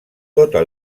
tota